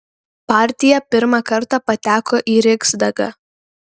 partija pirmą kartą pateko į riksdagą